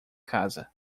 casa